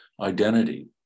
identity